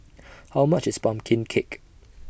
How much IS Pumpkin Cake